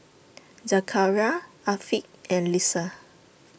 Zakaria Afiq and Lisa